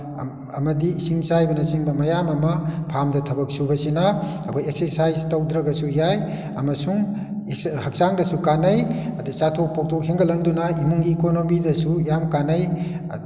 ꯑꯃꯗꯤ ꯏꯁꯤꯡ ꯆꯥꯏꯕꯅꯆꯤꯡꯕ ꯃꯌꯥꯝ ꯑꯃ ꯐꯥꯝꯗ ꯊꯕꯛ ꯁꯨꯕꯁꯤꯅ ꯑꯩꯈꯣꯏ ꯑꯦꯛꯁꯔꯁꯥꯏꯖ ꯇꯧꯗ꯭ꯔꯒꯁꯨ ꯌꯥꯏ ꯑꯃꯁꯨꯡ ꯍꯛꯆꯥꯡꯗꯁꯨ ꯀꯥꯟꯅꯩ ꯑꯗꯩ ꯆꯥꯊꯣꯛ ꯐꯧꯊꯣꯛ ꯍꯦꯟꯒꯠꯍꯟꯗꯨꯅ ꯏꯃꯨꯡꯒꯤ ꯏꯀꯣꯅꯣꯃꯤꯗꯁꯨ ꯌꯥꯝ ꯀꯥꯟꯅꯩ